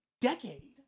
decade